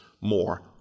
more